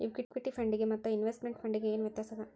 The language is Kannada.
ಇಕ್ವಿಟಿ ಫಂಡಿಗೆ ಮತ್ತ ಇನ್ವೆಸ್ಟ್ಮೆಟ್ ಫಂಡಿಗೆ ಏನ್ ವ್ಯತ್ಯಾಸದ?